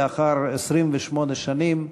לאחר 28 שנים,